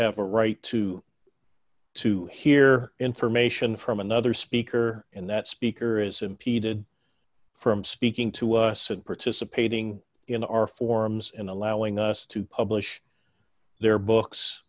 have a right to to hear information from another speaker and that speaker is impeded from speaking to us and participating in our forums and allowing us to publish their books